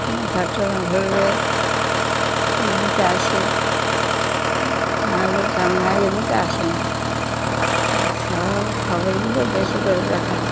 কোনো ঘটনা ঘটলে হয়তো এদিকে আসে না না যদি জানাই এদিকে আসে না তারা শহর খবরগুলো বেশি করে দেখায়